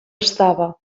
estava